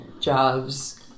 jobs